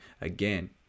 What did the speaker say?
Again